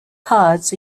cards